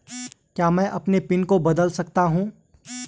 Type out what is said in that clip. क्या मैं अपने पिन को बदल सकता हूँ?